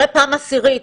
אולי פעם עשירית,